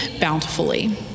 bountifully